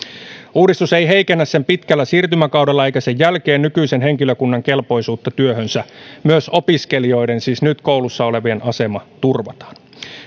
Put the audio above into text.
uudistus ei heikennä pitkällä siirtymäkaudellaan eikä sen jälkeenkään nykyisen henkilökunnan kelpoisuutta työhönsä myös opiskelijoiden siis nyt koulussa olevien asema turvataan